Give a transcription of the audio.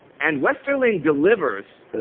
and westerling delivers.